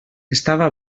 estava